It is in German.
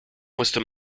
musste